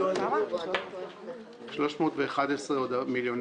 100 מיליון